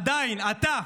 עדיין, אתה,